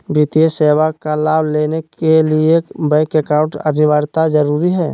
वित्तीय सेवा का लाभ लेने के लिए बैंक अकाउंट अनिवार्यता जरूरी है?